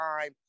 time